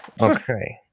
Okay